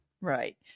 Right